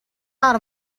out